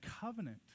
covenant